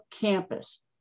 campus